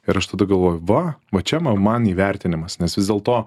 ir aš tada galvoju va va čia man man įvertinimas nes vis dėlto